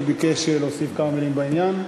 הוא ביקש להוסיף כמה מילים בעניין.